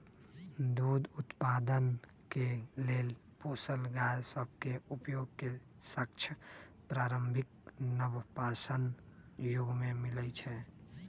दूध उत्पादन के लेल पोसल गाय सभ के उपयोग के साक्ष्य प्रारंभिक नवपाषाण जुग में मिलइ छै